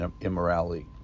immorality